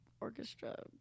orchestra